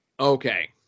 Okay